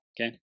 Okay